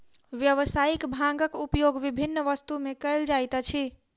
व्यावसायिक भांगक उपयोग विभिन्न वस्तु में कयल जाइत अछि